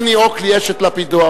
אנני אוקלי אשת לפידות,